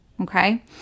Okay